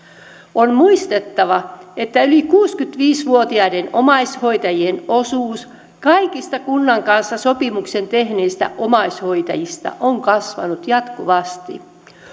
on muistettava että yli kuusikymmentäviisi vuotiaiden omaishoitajien osuus kaikista kunnan kanssa sopimuksen tehneistä omaishoitajista on kasvanut jatkuvasti